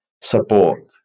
support